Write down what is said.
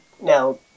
now